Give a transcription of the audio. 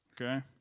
Okay